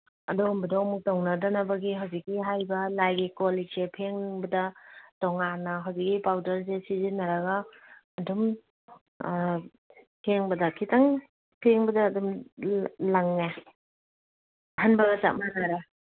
ꯑꯗꯨꯒꯨꯝꯕꯗꯣ ꯑꯃꯨꯛ ꯇꯧꯅꯗꯅꯕꯒꯤ ꯍꯧꯖꯤꯛꯀꯤ ꯍꯥꯏꯔꯤꯕ ꯂꯥꯏꯔꯤꯛ ꯀꯣꯜ ꯂꯤꯛꯁꯦ ꯐꯦꯡꯕꯗ ꯇꯣꯉꯥꯟꯅ ꯍꯧꯖꯤꯛꯀꯤ ꯄꯥꯎꯗꯔꯁꯦ ꯁꯤꯖꯤꯟꯅꯔꯒ ꯑꯗꯨꯝ ꯐꯦꯡꯕꯗ ꯈꯤꯇꯪ ꯐꯦꯡꯕꯗ ꯑꯗꯨꯝ ꯂꯪꯉꯦ ꯑꯍꯟꯕꯒ ꯆꯞ ꯃꯥꯟꯅꯔꯦ